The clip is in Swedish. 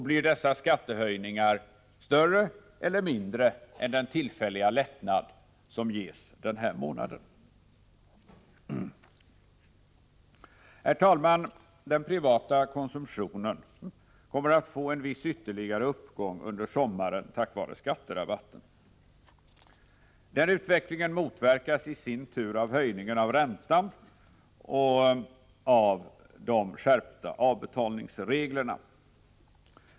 Blir dessa skattehöjningar större eller mindre än den tillfälliga lättnad som ges den här månaden? Herr talman! Den privata konsumtionen kommer att få en viss ytterligare uppgång under sommaren tack vare skatterabatten. Det motverkas i sin tur av höjningen av räntan och de skärpta avbetalningsreglerna.